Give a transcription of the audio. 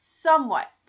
somewhat